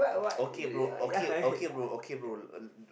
okay bro okay okay bro okay bro